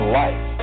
life